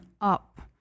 up